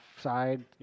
side